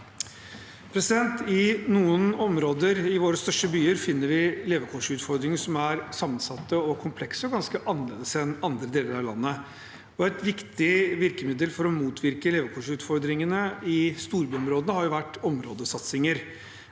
I noen områder i våre største byer finner vi levekårsutfordringer som er sammensatte, komplekse og ganske annerledes enn i andre deler av landet. Et viktig virkemiddel for å motvirke levekårsutfordringene i storbyområdene er områdesatsinger.